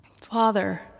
Father